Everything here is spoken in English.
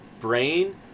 brain